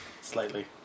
slightly